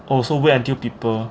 oh so wait until people